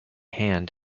hand